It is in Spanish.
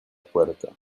puerta